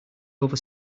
over